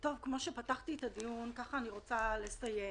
כמו שפתחתי את הדיון, ככה אני רוצה לסיים אותו.